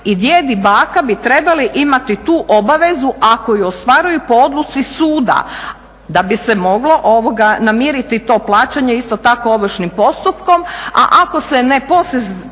i djed i baka bi trebali imati tu obavezu ako je ostvaruju po odluci suda da bi se moglo namiriti to plaćanje isto tako ovršnim postupkom, a ako se ne poseže